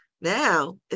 now